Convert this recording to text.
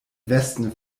westen